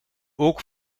ook